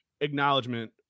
acknowledgement